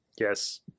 Yes